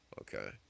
Okay